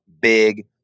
big